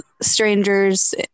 strangers